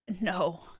No